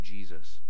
Jesus